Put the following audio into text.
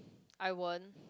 I won't